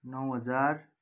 नौ हजार